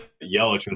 yellow